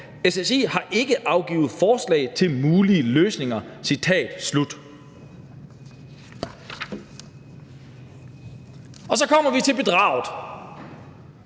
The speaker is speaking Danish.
således ikke givet forslag til mulige løsninger.« Så kommer vi til bedraget.